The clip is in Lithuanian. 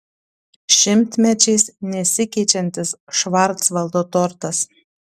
šimtmečiais nesikeičiantis švarcvaldo tortas